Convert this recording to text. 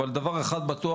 אבל דבר אחד בטוח,